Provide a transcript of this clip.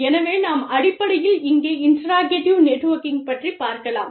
எனவே நாம் அடிப்படையில் இங்கே இண்ட்டராக்டிவ் நெட்வொர்கிங் பற்றிப் பார்க்கலாம்